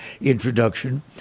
introduction